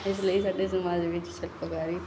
ਇਸ ਲਈ ਸਾਡੇ ਸਮਾਜ ਵਿੱਚ ਸ਼ਿਲਪਕਾਰੀ